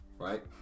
right